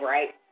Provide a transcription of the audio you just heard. Right